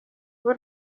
b’u